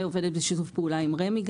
ועובדת גם בשיתוף פעולה עם רמ"י.